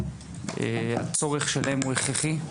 הצורך שלהם הוא הכרחי,